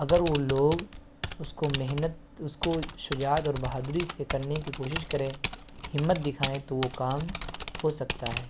اگر ان لوگ اس کو محنت اس کو شجاعت اور بہادری سے کرنے کی کوشش کریں ہمت دکھائیں تو وہ کام ہوسکتا ہے